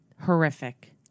horrific